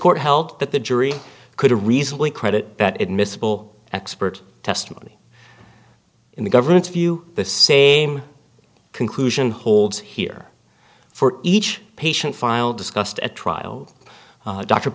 court held that the jury could reasonably credit that it miscible expert testimony in the government's view the same conclusion holds here for each patient file discussed at trial